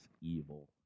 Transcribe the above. evil